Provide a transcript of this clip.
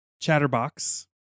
Chatterbox